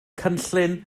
cynllun